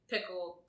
pickle